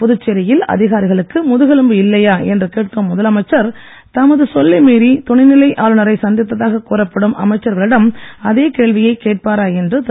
புதுச்சேரியில் அதிகாரிகளுக்கு முதுகெலும்பு இல்லையா என்று கேட்கும் முதலமைச்சர் தமது சொல்லை மீறி துணைநிலை ஆளுநரை சந்தித்ததாக கூறப்படும் அமைச்சர்களிடம் அதே கேள்வியைக் கேட்பாரா என்று திரு